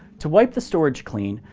to wipe the storage clean,